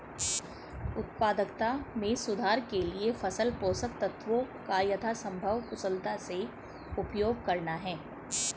उत्पादकता में सुधार के लिए फसल पोषक तत्वों का यथासंभव कुशलता से उपयोग करना है